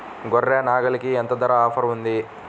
గొర్రె, నాగలికి ఎంత ధర ఆఫర్ ఉంది?